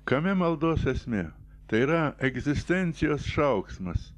kame maldos esmė tai yra egzistencijos šauksmas